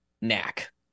knack